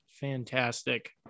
fantastic